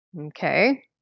Okay